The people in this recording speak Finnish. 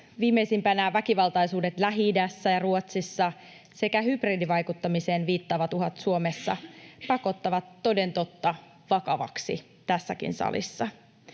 Viimeisimpänä väkivaltaisuudet Lähi-idässä ja Ruotsissa sekä hybridivaikuttamiseen viittaavat uhat Suomessa pakottavat toden totta vakavaksi tässäkin salissa.